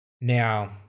Now